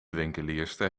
winkelierster